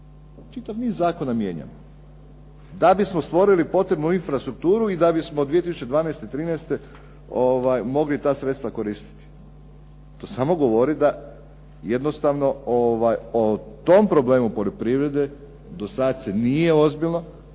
čitav niz zakona mijenjamo, da bismo stvorili potrebnu infrastrukturu i da bismo 2012., trinaeste mogli ta sredstva koristiti. To samo govori da jednostavno o tom problemu poljoprivrede do sada se nije ozbiljno,